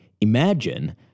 imagine